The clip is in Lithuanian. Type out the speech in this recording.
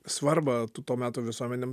svarbą t to meto visuomenėm